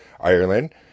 Ireland